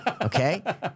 okay